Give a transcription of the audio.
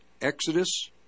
Exodus